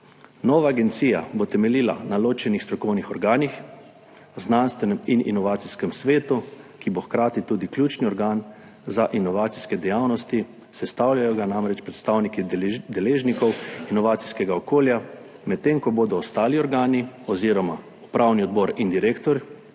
Nova agencija bo temeljila na ločenih strokovnih organih, znanstvenem in inovacijskem svetu, ki bo hkrati tudi ključni organ za inovacijske dejavnosti, sestavljajo ga namreč predstavniki deležnikov inovacijskega okolja, medtem ko bodo ostali organi oziroma upravni odbor in direktor